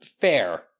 fair